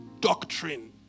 doctrine